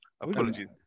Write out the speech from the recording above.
apologies